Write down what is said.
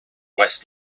west